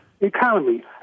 economy